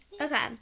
Okay